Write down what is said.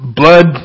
blood